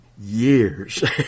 years